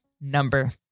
number